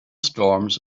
storms